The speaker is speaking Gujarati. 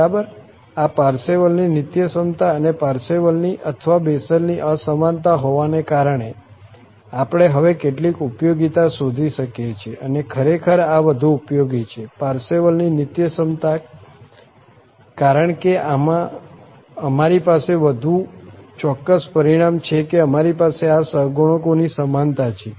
બરાબર આ પારસેવલની નિત્યસમતા અને પાર્સેવલની અથવા બેસેલની અસમાનતા હોવાને કારણે આપણે હવે કેટલીક ઉપયોગીતા શોધી શકીએ છીએ અને ખરેખર આ વધુ ઉપયોગી છે પારસેવલની નિત્યસમતા કારણ કે આમાં અમારી પાસે વધુ ચોક્કસ પરિણામ છે કે અમારી પાસે આ સહગુણકોની સમાનતા છે